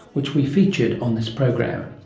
which we featured on this program.